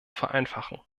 vereinfachen